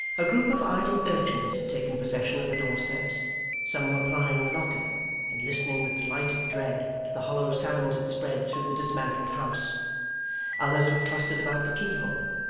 a group of idle urchins had taken possession of the door-steps some were plying the knocker and listening with delighted dread to the hollow sounds it spread through the dismantled house others were clustered about the keyhole,